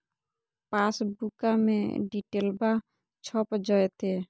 पासबुका में डिटेल्बा छप जयते?